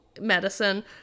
medicine